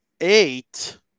eight